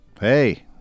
Hey